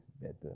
better